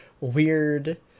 weird